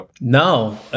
No